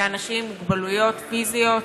לאנשים עם מוגבלויות פיזיות.